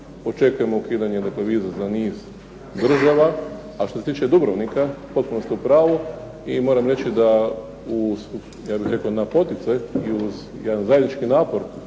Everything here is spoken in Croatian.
Očekujemo ukidanje dakle viza za niz država. A što se tiče Dubrovnika, potpuno ste u pravu. I moram reći da, ja bih rekao, na poticaj i uz jedan zajednički napor